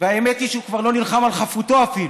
והאמת היא שהוא כבר לא נלחם על חפותו אפילו,